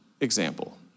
example